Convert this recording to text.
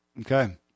Okay